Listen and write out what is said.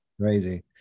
crazy